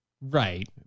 Right